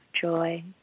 joy